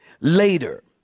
Later